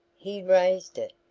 he raised it,